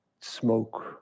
smoke